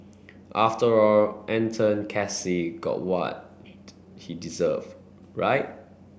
after all Anton Casey got what he deserved right